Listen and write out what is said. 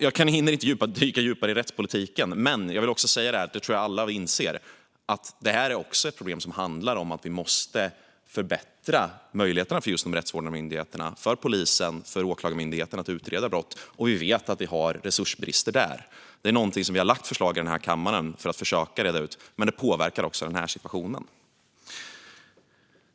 Jag hinner inte dyka djupare i rättspolitiken, men jag vill säga, vilket jag tror att alla inser, att det här också är ett problem som handlar om att vi måste förbättra möjligheterna för just de rättsvårdande myndigheterna - polisen och Åklagarmyndigheten - att utreda brott. Vi vet att vi har resursbrister där. Det är något som vi har lagt förslag om i kammaren för att försöka reda ut, men det påverkar också den här situationen.